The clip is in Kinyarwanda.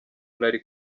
ntari